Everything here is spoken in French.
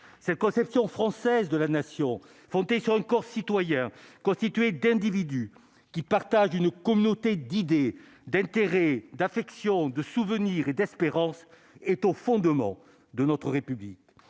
cette conception française de la nation fondée sur une course constitué d'individus qui partagent une communauté d'idées d'intérêt d'affection, de souvenirs et d'espérance est au fondement de notre République,